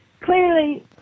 clearly